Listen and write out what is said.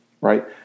right